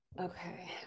okay